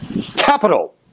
Capital